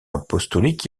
apostolique